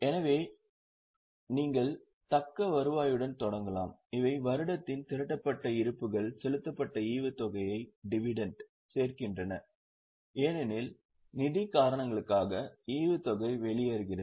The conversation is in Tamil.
எனவே நீங்கள் தக்க வருவாயுடன் தொடங்கலாம் இவை வருடத்தில் திரட்டப்பட்ட இருப்புக்கள் செலுத்தப்பட்ட ஈவுத்தொகையைச் சேர்க்கின்றன ஏனெனில் நிதி காரணங்களுக்காக ஈவுத்தொகை வெளியேறுகிறது